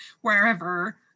wherever